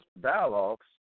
dialogues